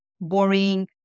boring